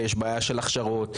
ויש בעיה של ההכשרות,